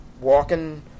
walking –